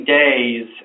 days